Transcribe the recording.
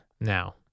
Now